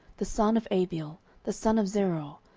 the son of abiel, the son of zeror,